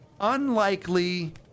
unlikely